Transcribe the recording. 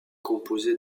composé